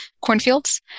cornfields